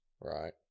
right